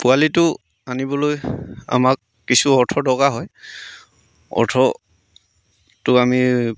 পোৱালিটো আনিবলৈ আমাক কিছু অৰ্থৰ দৰকাৰ হয় অৰ্থটো আমি